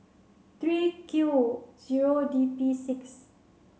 three Q zero D P six